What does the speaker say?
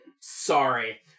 Sorry